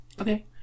okay